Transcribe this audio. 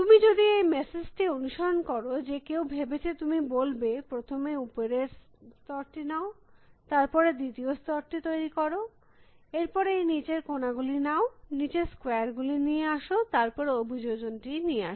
তুমি যদি এই মেসেজ টি অনুসরণ কর যে কেউ ভেবেছে তুমি বলবে প্রথমে উপরের স্তরটি নাও তার পরে দ্বিতীয় স্তরটি তৈরী কর এর পরে এই নিচের কোনা গুলি নাও নিচের স্কয়ার গুলিনিয়ে আস তার পরে অভিযোজন টি নিয়ে আস